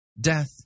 Death